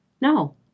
No